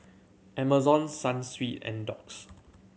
Amazon Sunsweet and Doux